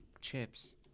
chips